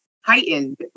heightened